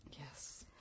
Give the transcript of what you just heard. yes